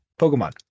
Pokemon